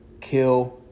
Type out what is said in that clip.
kill